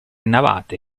navate